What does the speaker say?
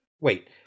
Wait